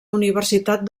universitat